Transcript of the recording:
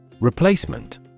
Replacement